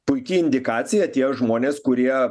puiki indikacija tie žmonės kurie